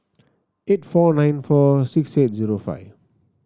eight four nine four six eight zero five